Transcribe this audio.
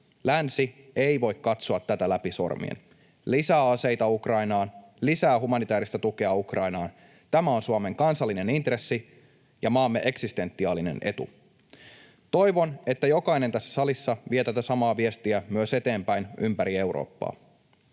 Länsi ei voi katsoa tätä läpi sormien. Lisää aseita Ukrainaan, lisää humanitääristä tukea Ukrainaan — tämä on Suomen kansallinen intressi ja maamme eksistentiaalinen etu. Toivon, että jokainen tässä salissa vie tätä samaa viestiä myös eteenpäin ympäri Eurooppaa.